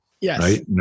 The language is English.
Yes